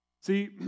See